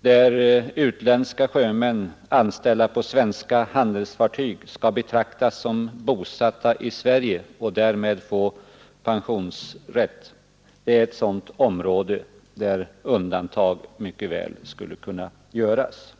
där utländska sjömän anställda på svenska handelsfartyg skall betraktas såsom bosatta i Sverige och därmed få pensionsrätt, är ett sådant område där undantag mycket väl skulle kunna göras.